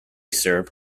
served